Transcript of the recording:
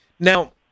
Now